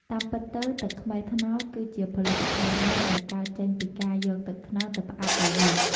តាមពិតទៅ ទឹកខ្មេះត្នោត គឺជាផលិតផលមួយដែលកើតចេញពីការយកទឹកត្នោតទៅផ្អាប់ឱ្យយូរ។